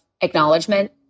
acknowledgement